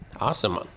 Awesome